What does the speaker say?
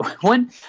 One